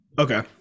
Okay